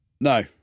No